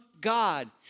God